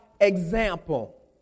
example